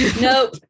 Nope